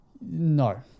No